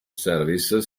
service